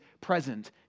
present